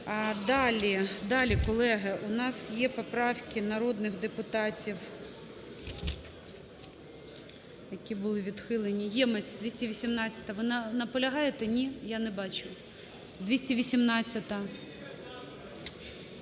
Далі, колеги. У нас є поправки народних депутатів, які були відхилені. Ємець, 218-а. Наполягаєте, ні? Я не бачу. 218-а.